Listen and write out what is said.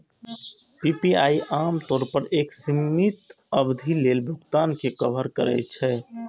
PPI आम तौर पर एक सीमित अवधि लेल भुगतान कें कवर करै छै